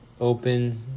Open